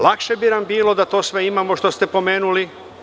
Lakše bi nam bilo da sve to imamo što ste nam pomenuli.